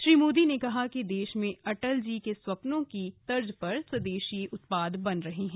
श्री मोदी ने कहा कि देश में अटल जी के स्वप्नों की तर्ज पर स्वदेशी उत्पाद बन रहे हैं